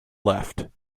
left